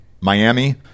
Miami